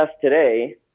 today